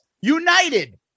United